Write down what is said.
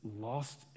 lost